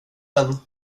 vän